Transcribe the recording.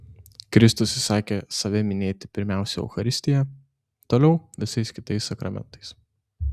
kristus įsakė save minėti pirmiausia eucharistija toliau visais kitais sakramentais